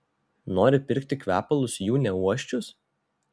nori pirkti kvepalus jų neuosčius